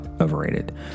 overrated